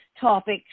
topics